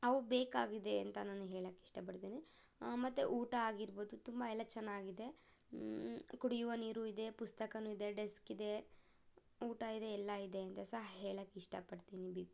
ಅವು ಬೇಕಾಗಿದೆ ಅಂತ ನಾನು ಹೇಳಕ್ಕೆ ಇಷ್ಟ ಪಡ್ತೀನಿ ಮತ್ತು ಊಟ ಆಗಿರ್ಬೋದು ತುಂಬ ಎಲ್ಲ ಚೆನ್ನಾಗಿದೆ ಕುಡಿಯುವ ನೀರು ಇದೆ ಪುಸ್ತಕನೂ ಇದೆ ಡೆಸ್ಕ್ ಇದೆ ಊಟ ಇದೆ ಎಲ್ಲ ಇದೆ ಅಂತ ಸಹ ಹೇಳಕ್ಕೆ ಇಷ್ಟ ಪಡ್ತೀನಿ